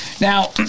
Now